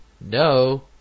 no